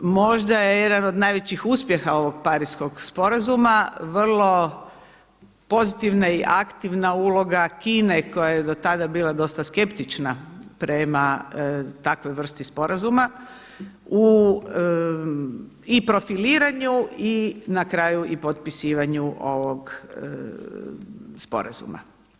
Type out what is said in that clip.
Možda je jedan od najvećih uspjeha ovog Pariškog sporazuma vrlo pozitivna i aktivna uloga Kine koja je do tada bila dosta skeptična prema takvoj vrsti sporazuma u i profiliranju i na kraju i potpisivanju ovog sporazuma.